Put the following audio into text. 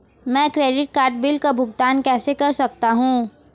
मैं credit card bill का भुगतान कैसे कर सकता हूं?